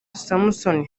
samson